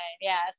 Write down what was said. yes